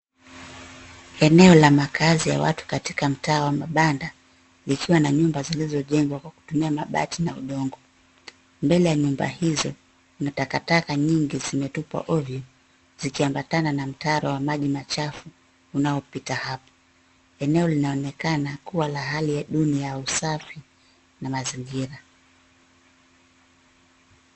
Eneo la maakazi ya watu katika mtaa wa mabanda, zikiwa na nyumba zilizojengwa kwa kutumia mabati na udongo. Mbele ya nyumba hizo, ni takataka nyingi zimetupwa ovyo, zikiambatana na mtaro wa maji machafu unaopita hap. Eneo linaonekana kuwa duni ya usafi na mazingira.